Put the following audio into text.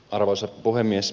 arvoisa puhemies